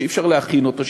שאי-אפשר להכין אותו,